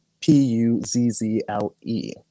P-U-Z-Z-L-E